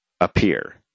appear